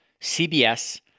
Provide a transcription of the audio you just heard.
CBS